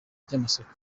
ry’amasoko